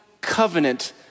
covenant